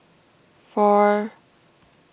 four